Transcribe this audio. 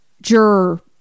juror